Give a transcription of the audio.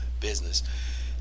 business